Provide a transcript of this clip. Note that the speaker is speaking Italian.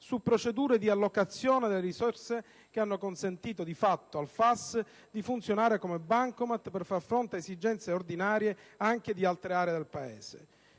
su procedure di allocazione delle risorse che hanno consentito, di fatto, al FAS, di funzionare come bancomat per far fronte a esigenze ordinarie, anche di altre aree del Paese.